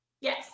yes